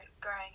growing